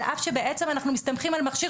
על אף שבעצם אנחנו מסתמכים על מכשיר